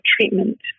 treatment